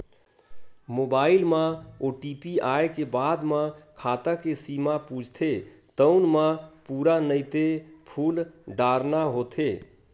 mobile म OTP आए के बाद म खाता के सीमा पूछथे तउन म पूरा नइते फूल डारना होथे